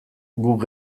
guk